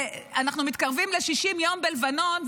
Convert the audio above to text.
אנחנו מתקרבים ל-60 יום בלבנון,